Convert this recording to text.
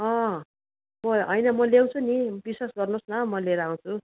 अँ होइन म ल्याउँछु नि विश्वास गर्नुहोस् न म लिएर आउँछु